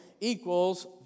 equals